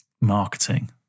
marketing